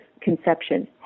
conception